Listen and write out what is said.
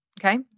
okay